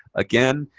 again,